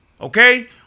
okay